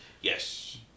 Yes